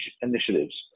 initiatives